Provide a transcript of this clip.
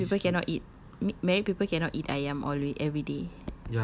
so means married people cannot eat ma~ married people cannot eat ayam all way everyday